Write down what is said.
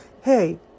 Hey